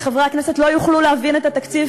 וחברי הכנסת לא יוכלו להבין את התקציב